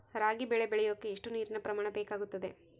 ರಾಗಿ ಬೆಳೆ ಬೆಳೆಯೋಕೆ ಎಷ್ಟು ನೇರಿನ ಪ್ರಮಾಣ ಬೇಕಾಗುತ್ತದೆ?